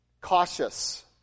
cautious